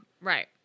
Right